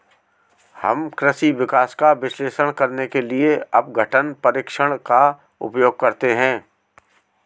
हम कृषि विकास का विश्लेषण करने के लिए अपघटन परीक्षण का उपयोग करते हैं